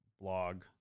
blog